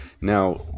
Now